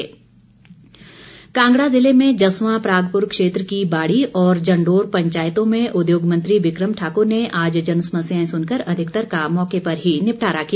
बिक्रम ठाकुर कांगड़ा जिले में जसवा परागपुर क्षेत्र की बाड़ी और जंडोर पंचायतों में उद्योग मंत्री बिक्रम ठाकुर ने आज जनसमस्याएं सुनकर अधिकतर का मौके पर ही निपटारा किया